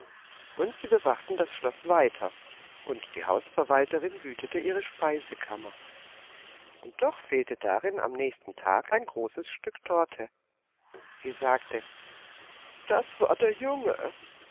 und sie bewachten das schloß weiter und die hausverwalterin hütete ihre speisekammer und doch fehlte darin am nächsten tag ein großes stück torte sie sagte das war der junge